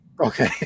Okay